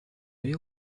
you